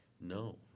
No